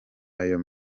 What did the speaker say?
ayo